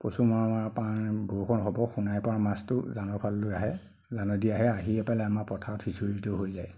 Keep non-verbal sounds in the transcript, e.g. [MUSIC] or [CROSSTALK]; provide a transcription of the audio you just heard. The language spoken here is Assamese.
[UNINTELLIGIBLE] বৰষুণ হ'ব সোণাইৰপৰা মাছতো জানৰফাললৈ আহে জানেদি আহে আহি পেলাই আমাৰ পথাৰত সিঁচৰতি হৈ যায়